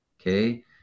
okay